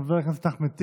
חבר הכנסת אחמד טיבי,